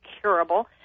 curable